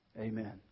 Amen